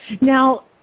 Now